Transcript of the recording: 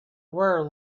where